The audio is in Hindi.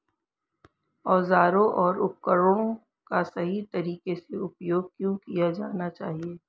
औजारों और उपकरणों का सही तरीके से उपयोग क्यों किया जाना चाहिए?